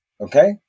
Okay